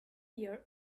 year